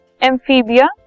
Amphibia